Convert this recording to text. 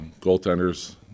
goaltenders